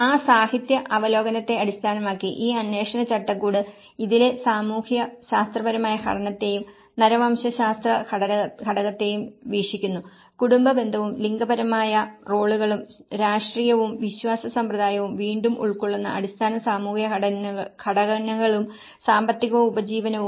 ആ സാഹിത്യ അവലോകനത്തെ അടിസ്ഥാനമാക്കി ഈ അന്വേഷണ ചട്ടക്കൂട് ഇതിലെ സാമൂഹ്യശാസ്ത്രപരമായ ഘടകത്തെയും നരവംശശാസ്ത്ര ഘടകത്തെയും വീക്ഷിക്കുന്നു കുടുംബ ബന്ധവും ലിംഗപരമായ റോളുകളും രാഷ്ട്രീയവും വിശ്വാസ സമ്പ്രദായവും വീണ്ടും ഉൾക്കൊള്ളുന്ന അടിസ്ഥാന സാമൂഹിക ഘടനകളും സാമ്പത്തികവും ഉപജീവനവും